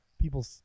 people